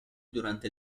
durante